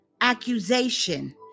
Accusation